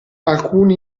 alcuni